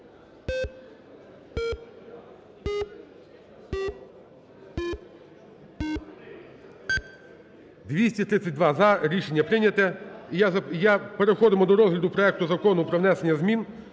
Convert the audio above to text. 232 –за. Рішення прийняте. І я… Переходимо до розгляду проекту Закону про внесення змін